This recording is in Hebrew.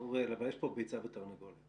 אוריאל, יש פה ביצה ותרנגולת.